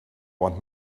want